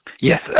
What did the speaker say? Yes